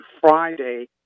Friday